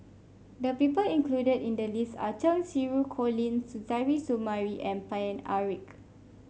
the people included in the list are Cheng Xinru Colin Suzairhe Sumari and Paine Eric